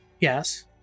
Yes